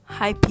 Hi